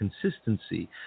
consistency